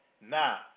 Now